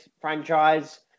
franchise